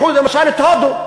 קחו למשל את הודו.